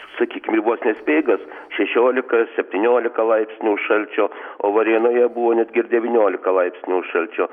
sakykim jau vos ne speigas šešiolika septyniolika laipsnių šalčio o varėnoje buvo netgi ir devyniolika laipsnių šalčio